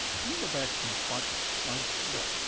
can you go back to your swot slide. sure.